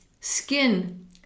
skin